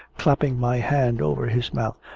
clapping my hand over his mouth.